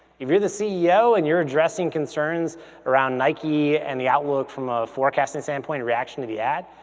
if you're the ceo and you're addressing concerns around nike and the outlook from a forecasting standpoint, a reaction to the ad,